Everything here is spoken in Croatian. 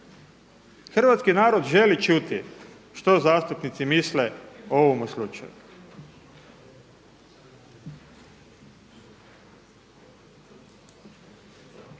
Hrvatski narod želi čuti što zastupnice misle i ovome slučaju.